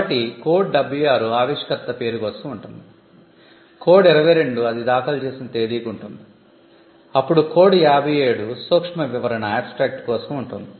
కాబట్టి కోడ్ 76 ఆవిష్కర్త పేరు కోసం ఉంటుంది కోడ్ 22 అది దాఖలు చేసిన తేదీకి ఉంటుంది అప్పుడు కోడ్ 57 abstract కోసం ఉంటుంది